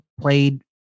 played